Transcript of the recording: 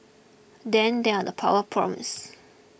then there are the power problems